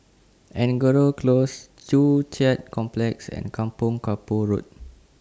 Angora Close Joo Chiat Complex and Kampong Kapor Road